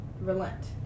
relent